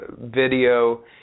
video